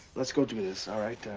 let's go do this. alright.